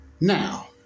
Now